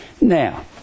Now